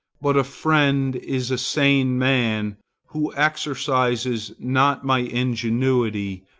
but a friend is a sane man who exercises not my ingenuity,